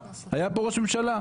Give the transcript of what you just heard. הוא היה פה ראש ממשלה.